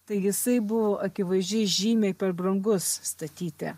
tai jisai buvo akivaizdžiai žymiai per brangus statyti